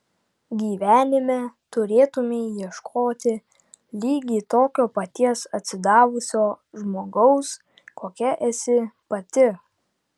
gyvenime turėtumei ieškoti lygiai tokio paties atsidavusio žmogaus kokia esi pati